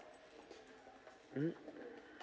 mm